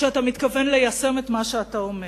שאתה מתכוון ליישם את מה שאתה אומר.